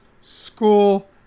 school